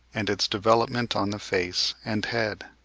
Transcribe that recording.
and its development on the face and head.